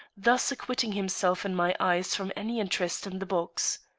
thus acquitting himself in my eyes from any interest in the box.